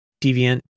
Deviant